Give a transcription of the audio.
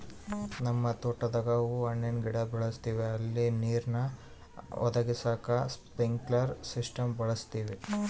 ನಮ್ ತೋಟುದಾಗ ಹೂವು ಹಣ್ಣಿನ್ ಗಿಡಾನ ಬೆಳುಸ್ತದಿವಿ ಅಲ್ಲಿ ನೀರ್ನ ಒದಗಿಸಾಕ ಸ್ಪ್ರಿನ್ಕ್ಲೆರ್ ಸಿಸ್ಟಮ್ನ ಬಳುಸ್ತೀವಿ